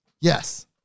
Yes